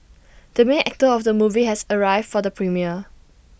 the main actor of the movie has arrived for the premiere